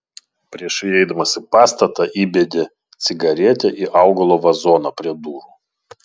prieš įeidamas į pastatą įbedė cigaretę į augalo vazoną prie durų